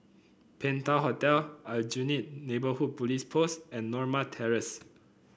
Penta Hotel Aljunied Neighbourhood Police Post and Norma Terrace